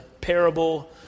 parable